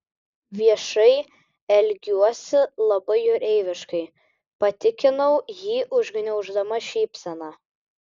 viešai elgsiuosi labai jūreiviškai patikinau jį užgniauždama šypseną